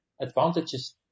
advantages